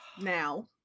now